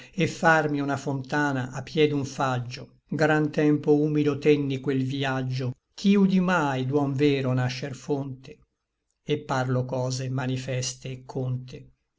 et farmi una fontana a pie d'un faggio gran tempo humido tenni quel vïaggio chi udí mai d'uom vero nascer fonte e parlo cose manifeste et conte